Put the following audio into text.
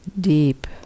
deep